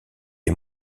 est